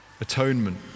atonement